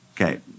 Okay